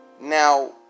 Now